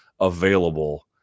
available